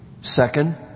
Second